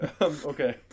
Okay